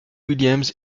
williams